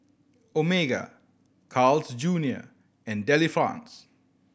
Omega Carl's Junior and Delifrance